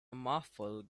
muffled